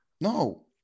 No